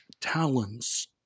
talons